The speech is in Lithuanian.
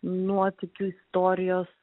nuotykių istorijos